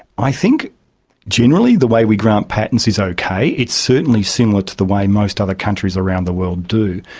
i think generally the way we grant patents is okay. it's certainly similar to the way most other countries around the world do,